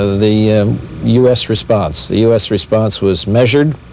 ah the u s. response, the u s. response was measured,